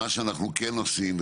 מה שאנחנו כן עושים,